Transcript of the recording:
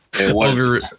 over